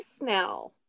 now